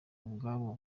ubwabo